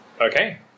Okay